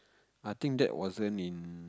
I think that wasn't in